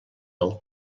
del